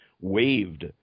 waved